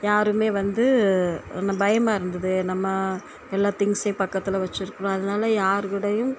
யாருமே வந்து ந பயமாக இருந்தது நம்ம எல்லா திங்க்ஸையும் பக்கத்தில் வச்சுருக்குறோம் அதனால் யாருக்கூடயும்